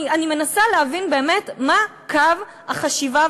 אני מנסה להבין באמת מה קו החשיבה,